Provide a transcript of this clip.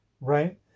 right